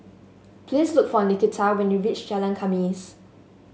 please look for Nikita when you reach Jalan Khamis